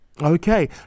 Okay